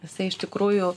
jisai iš tikrųjų